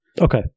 Okay